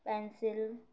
pencil